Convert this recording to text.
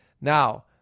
Now